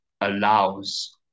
allows